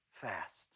fast